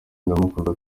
ndamukunda